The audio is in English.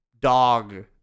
dog